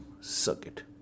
circuit